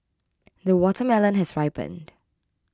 the watermelon has ripened